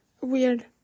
Weird